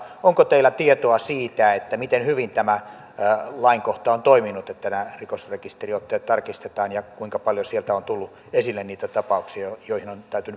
onko teillä tietoa siitä miten hyvin on toiminut tämä lainkohta että nämä rikosrekisteriotteet tarkistetaan ja kuinka paljon sieltä on tullut esille niitä tapauksia joihin on täytynyt puuttua